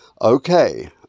Okay